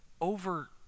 over